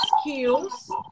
skills